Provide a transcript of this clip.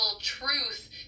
truth